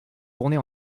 tournée